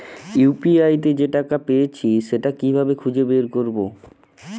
UPI তে যে টাকা পেয়েছি সেটা কিভাবে খুঁজে বের করবো?